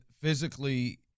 Physically